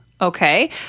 Okay